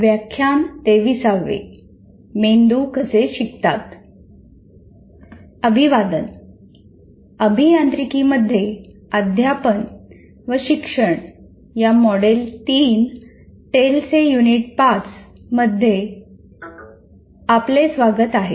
अभिवादन अभियांत्रिकीमध्ये अध्यापन व शिक्षण या मॉडेल 3 टेलेचे युनिट 5 मध्ये आपले स्वागत आहे